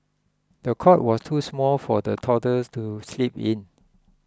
the cot was too small for the toddler to sleep in